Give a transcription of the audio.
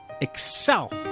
excel